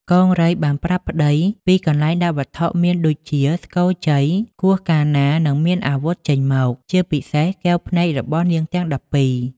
កង្រីបានប្រាប់ប្តីពីកន្លែងដាក់វត្ថុមានដូចជាស្គរជ័យ គោះកាលណានឹងមានអាវុធចេញមក ជាពិសេសកែវភ្នែករបស់នាងទាំង១២។